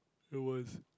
it was